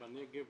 בעיקר בנגב,